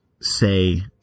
say